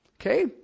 Okay